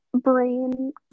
brain